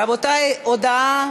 רבותי, הודעה